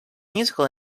musical